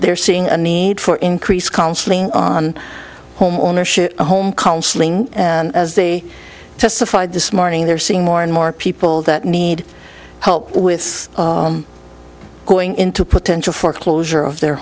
they are seeing a need for increased counseling on home ownership a home counseling as they testified this morning they're seeing more and more people that need help with going into potential foreclosure of their